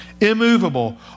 immovable